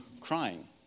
crying